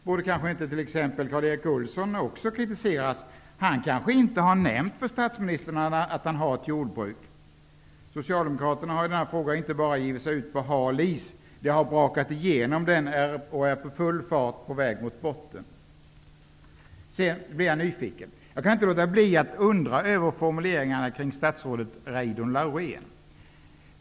Borde inte också t.ex. Karl Erik Olsson har kritiserats? Han kanske inte har nämnt för statsministern att han har ett jordbruk. Socialdemokraterna har i denna fråga inte bara givit sig ut på hal is. De har brakat igenom den och är i full fart på väg mot botten. Sedan blir jag nyfiken. Jag kan inte låta bli att undra över formuleringarna kring statsrådet Reidunn Laurén.